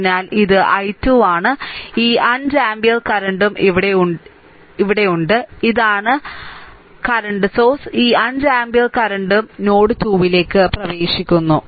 അതിനാൽ ഇത് i 2 ആണ് ഈ 5 ആമ്പിയർ കറന്റും ഇവിടെയുണ്ട് ഇതാണ് നിലവിലെ സോഴ്സ് ഈ 5 ആമ്പിയർ കറന്റും നോഡ് 2 ലേക്ക് പ്രവേശിക്കുന്നു